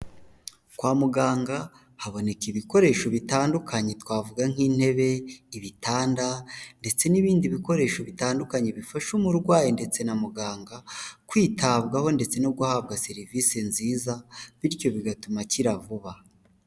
Kwa muganga haboneka ibikoresho bitandukanye twavuga nk'intebe, ibitanda ndetse n'ibindi bikoresho bitandukanye bifasha umurwayi ndetse na muganga kwitabwaho ndetse no guhabwa serivisi nziza bityo bigatuma akira vuba.